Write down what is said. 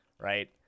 right